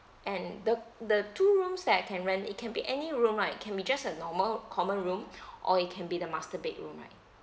and the the two rooms that I can rent it can be any room right can be just a normal common room or it can be the master bedroom right